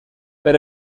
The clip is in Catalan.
per